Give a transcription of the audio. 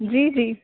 जी जी